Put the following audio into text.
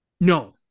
No